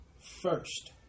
first